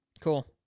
Cool